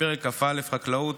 פרק כ"א, חקלאות,